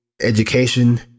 education